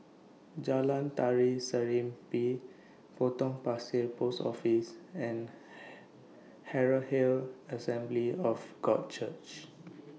Jalan Tari Serimpi Potong Pasir Post Office and Herald Assembly of God Church